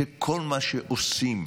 שכל מה שהם עושים,